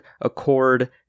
Accord